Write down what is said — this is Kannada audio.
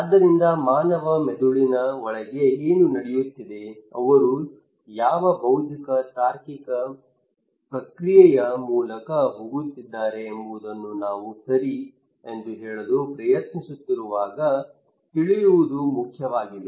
ಆದ್ದರಿಂದ ಮಾನವ ಮೆದುಳಿನ ಒಳಗೆ ಏನು ನಡೆಯುತ್ತಿದೆ ಅವರು ಯಾವ ಬೌದ್ಧಿಕ ತಾರ್ಕಿಕ ಪ್ರಕ್ರಿಯೆಯ ಮೂಲಕ ಹೋಗುತ್ತಿದ್ದಾರೆ ಎಂಬುದನ್ನು ನಾವು ಸರಿ ಎಂದು ಹೇಳಲು ಪ್ರಯತ್ನಿಸುತ್ತಿರುವಾಗ ತಿಳಿಯುವುದು ಮುಖ್ಯವಾಗಿದೆ